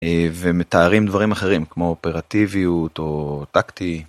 ומתארים דברים אחרים כמו אופרטיביות או טקטי.